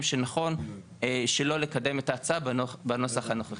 שנכון שלא לקדם את ההצעה בנוסח הנוכחי.